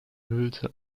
hülse